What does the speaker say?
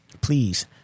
please